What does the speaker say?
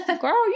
Girl